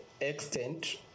extent